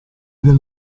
del